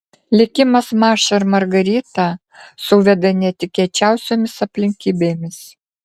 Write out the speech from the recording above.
likimas mašą ir margaritą suveda netikėčiausiomis aplinkybėmis